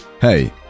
Hey